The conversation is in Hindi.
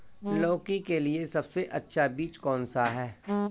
लौकी के लिए सबसे अच्छा बीज कौन सा है?